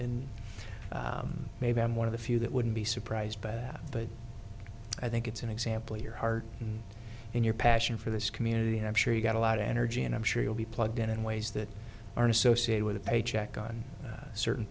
and in maybe i'm one of the few that wouldn't be surprised by that but i think it's an example of your heart and your passion for this community and i'm sure you've got a lot of energy and i'm sure you'll be plugged in in ways that are associated with a paycheck on certain